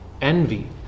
envy